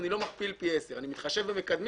אני לא מכפיל פי 10 אלא מתחשב במקדמים.